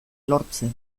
lortzen